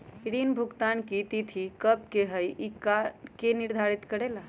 ऋण भुगतान की तिथि कव के होई इ के निर्धारित करेला?